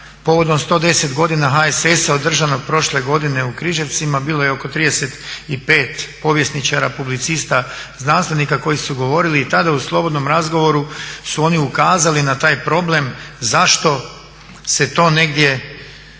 povodom 110 godina HSS-a održanog prošle godine u Križevcima, bilo je oko 35 povjesničara, publicista, znanstvenika koji su govorili i tada u slobodnom razgovoru su oni ukazali na taj problem zašto se to negdje ne